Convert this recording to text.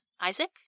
Isaac